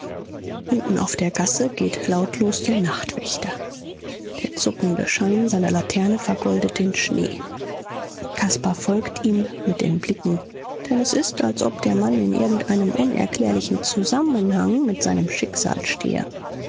unten auf der gasse geht lautlos der nachtwächter der zuckende schein seiner laterne vergoldet den schnee caspar folgt ihm mit den blicken denn es ist als ob der mann in irgendeinem unerklärlichen zusammenhang mit seinem